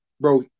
bro